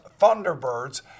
Thunderbirds